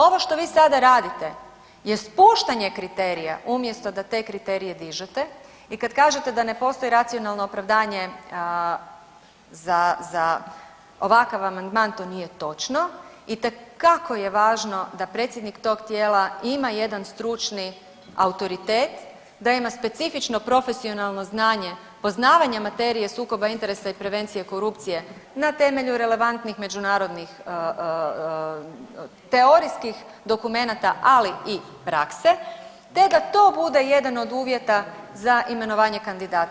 Ovo što vi sada radite je spuštanje kriterija umjesto da te kriterije dižete i kad kažete da ne postoji racionalno opravdanje za ovakav amandman to nije točno, itekako je važno da predsjednik tog tijela ima jedan stručni autoritet, da ima specifično profesionalno znanje poznavanje materije sukoba interesa i prevencije korupcije na temelju relevantnih međunarodnih teorijskih dokumenata, ali i prakse te da to bude jedan od uvjeta za imenovanje kandidata.